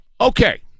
Okay